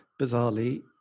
bizarrely